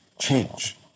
change